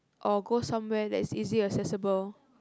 or go somewhere that is easy accessible